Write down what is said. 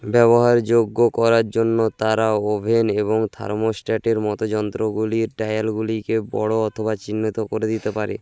ব্যবহার যোগ্য করার জন্য তারা ওভেন এবং থার্মোস্ট্যাটের মতযন্ত্রগুলির ডায়ালগুলিকে বড়ো অথবা চিহ্নত করে দিতে পারে